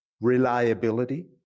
reliability